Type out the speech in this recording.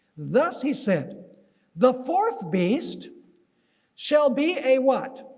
thus he said the fourth beast shall be a what.